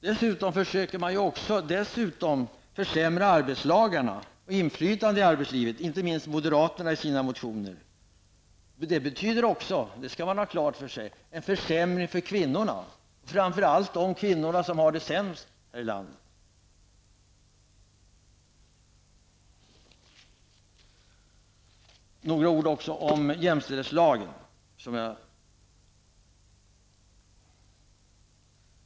Dessutom försöker man att försämra arbetslagarna och inflytandet i arbetslivet. Inte minst moderaterna gör detta i sina motioner. Det betyder också, det skall man ha klart för sig, en försämring för kvinnorna, framför allt för de kvinnor som har det sämst här i landet. Några ord vill jag också säga om jämställdhetslagen.